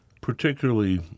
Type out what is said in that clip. particularly